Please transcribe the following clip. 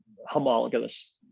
homologous